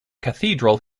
cathedral